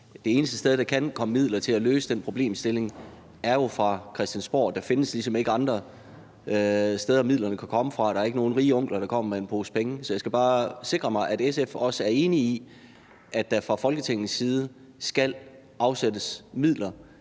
Det eneste sted, der kan komme med midler til at løse den problemstilling, er jo fra Christiansborg. Der findes ligesom ikke andre steder, midlerne kan komme fra. Der er ikke nogen rige onkler, der kommer med en pose penge. Så jeg skal bare sikre mig, at SF også er enige i, at der fra Folketingets side skal afsættes midler,